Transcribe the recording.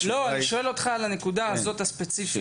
לא, אני שואל אותך על הנקודה הזאת הספציפית.